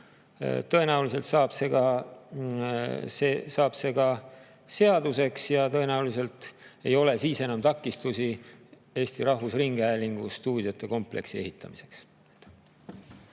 Tõenäoliselt saab see ka seaduseks ja tõenäoliselt ei ole siis enam takistusi Eesti Rahvusringhäälingu stuudiote kompleksi ehitamisel.